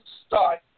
start